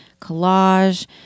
collage